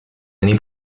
many